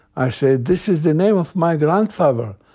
i said, this is the name of my grandfather.